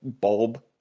bulb